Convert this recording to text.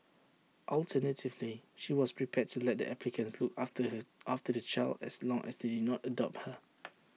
alternatively she was prepared to let the applicants look after her after the child as long as they did not adopt her